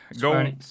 go